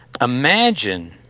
Imagine